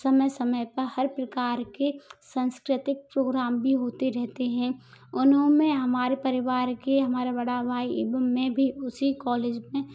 समय समय पर हर प्रकार के साँस्कृतिक प्रोग्राम भी होते रहते हैं उनोमें हमारे परिवार के हमारा बड़ा भाई एवं मैं भी उसी कॉलेज में